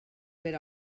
per